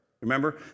Remember